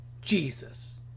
Jesus